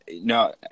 No